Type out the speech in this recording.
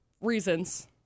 reasons